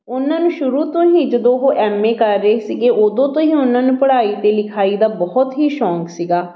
ਉਹਨਾਂ ਨੂੰ ਸ਼ੁਰੂ ਤੋਂ ਹੀ ਜਦੋਂ ਉਹ ਐੱਮ ਏ ਕਰ ਰਹੇ ਸੀਗੇ ਉਦੋਂ ਤੋਂ ਹੀ ਉਹਨਾਂ ਨੂੰ ਪੜ੍ਹਾਈ ਅਤੇ ਲਿਖਾਈ ਦਾ ਬਹੁਤ ਹੀ ਸ਼ੌਂਕ ਸੀਗਾ